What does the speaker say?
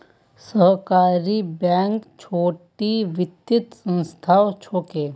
सहकारी बैंक छोटो वित्तिय संसथान होछे